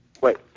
wait